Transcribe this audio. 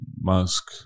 musk